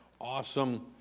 awesome